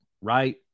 right